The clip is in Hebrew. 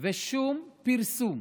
ושום פרסום